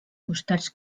costats